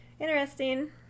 interesting